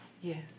Yes